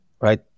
Right